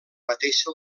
mateixa